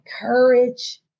courage